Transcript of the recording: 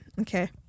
Okay